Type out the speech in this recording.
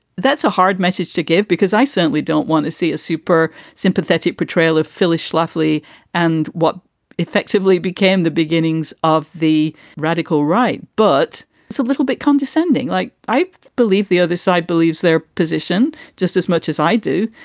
that's a hard message to give, because i certainly don't want to see a super sympathetic portrayal of phyllis schlafly and what effectively became the beginnings of the radical right. but a so little bit condescending, like i believe the other side believes their position just as much as i do.